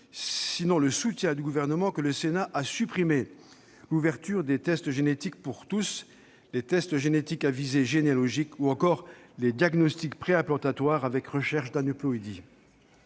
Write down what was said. sinon le soutien du Gouvernement, que le Sénat a supprimé l'ouverture des tests génétiques pour tous, les tests génétiques à visée généalogique ou encore les diagnostics préimplantatoires avec recherche d'aneuploïdies.